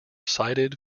cited